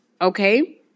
Okay